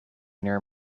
near